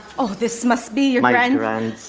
oh this must be my grandson.